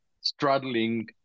straddling